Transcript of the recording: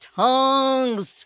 tongues